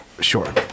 Sure